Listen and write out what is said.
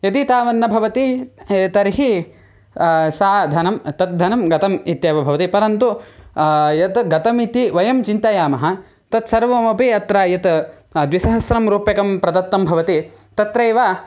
यदि तावन्न भवति तर्हि साधनं तद् धनं गतम् इत्येव भवति परन्तु यत् गतमिति वयं चिन्तयामः तत् सर्वमपि अत्र यत् द्विसहस्रं रूप्यकं प्रदत्तं भवति तत्रैव